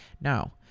Now